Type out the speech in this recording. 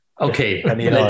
Okay